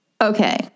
Okay